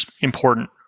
important